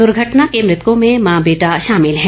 दुर्घटना के मृतकों में मां बेटा शामिल है